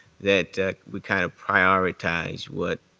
that we kind of prioritize what,